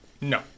No